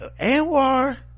Anwar